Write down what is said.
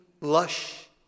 lush